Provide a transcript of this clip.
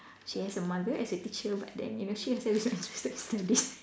she has a mother as a teacher but then you know she's has the least not interested in studies